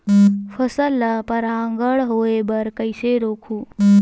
फसल ल परागण होय बर कइसे रोकहु?